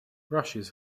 rushes